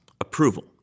approval